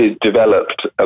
developed